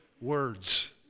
words